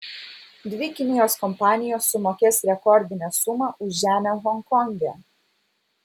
dvi kinijos kompanijos sumokės rekordinę sumą už žemę honkonge